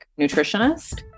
nutritionist